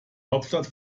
hauptstadt